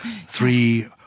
three